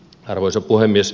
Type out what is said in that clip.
arvoisa puhemies